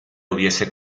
hubiese